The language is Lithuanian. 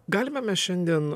galime mes šiandien